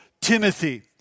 Timothy